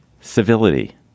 civility